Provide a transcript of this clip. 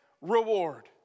reward